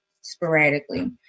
sporadically